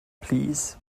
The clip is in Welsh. plîs